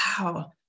Wow